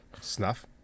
Snuff